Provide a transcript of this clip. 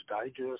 Digest